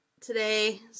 today